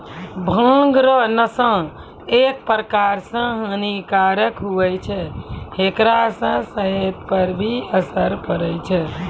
भांग रो नशा एक प्रकार से हानी कारक हुवै छै हेकरा से सेहत पर भी असर पड़ै छै